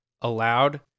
allowed